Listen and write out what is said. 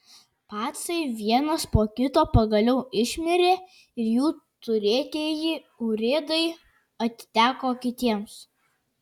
pacai vienas po kito pagaliau išmirė ir jų turėtieji urėdai atiteko kitiems